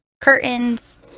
curtains